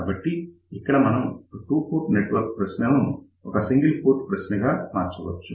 కాబట్టి ఇక్కడ మనం ఒక టుపోర్ట్ నెట్వర్క్ ప్రశ్నను ఒక సింగల్ పోర్ట్ ప్రశ్నగా మార్చవచ్చు